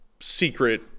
secret